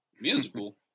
Musical